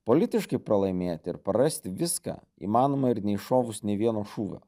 politiškai pralaimėti ir prarasti viską įmanoma ir neiššovus nė vieno šūvio